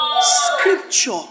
Scripture